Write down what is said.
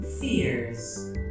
fears